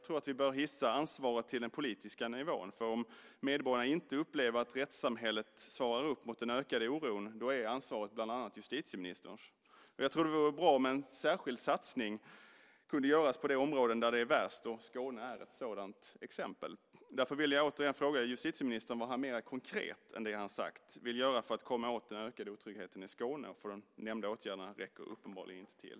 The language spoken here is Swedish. Vi bör i stället hissa ansvaret till den politiska nivån, för om medborgarna inte upplever att rättssamhället svarar upp mot den ökande oron då är ansvaret bland annat justitieministerns. Det vore bra om en särskild satsning kunde göras på de områden där förhållandena är värst. Skåne är ett sådant område. Därför vill jag återigen fråga justitieministern vad han mer konkret än det han hittills sagt vill göra för att komma åt den ökande otryggheten i Skåne. De nämnda åtgärderna räcker uppenbarligen inte till.